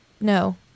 no